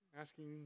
asking